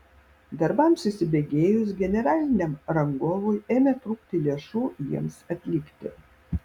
darbams įsibėgėjus generaliniam rangovui ėmė trūkti lėšų jiems atlikti